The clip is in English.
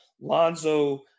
Lonzo